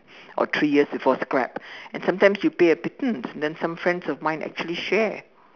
or three years before scrap and sometimes you pay a pittance and then some friends of mine that actually share